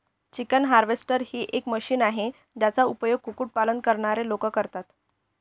chicken harvester ही एक machine आहे, ज्याचा उपयोग कुक्कुट पालन करणारे लोक करतात